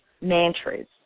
mantras